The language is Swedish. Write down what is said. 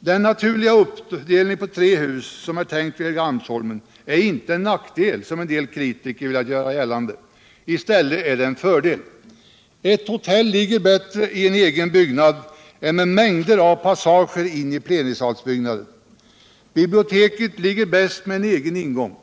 Den naturliga uppdelning på tre hus som är tänkt vid Helgeandsholmen är inte en nackdel, som en del kritiker velat göra. gällande. I stället är det en fördel. Ett hotell ligger bättre i en egen byggnad än med mängder av passager in i plenisalsbyggnaden. Biblioteket ligger bäst med en egen ingång.